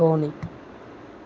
వోణి